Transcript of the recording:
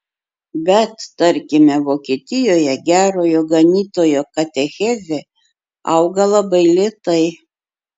bet tarkime vokietijoje gerojo ganytojo katechezė auga labai lėtai